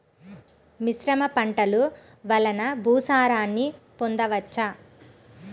మిశ్రమ పంటలు వలన భూసారాన్ని పొందవచ్చా?